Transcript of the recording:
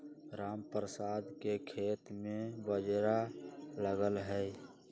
रामप्रसाद के खेत में बाजरा लगल हई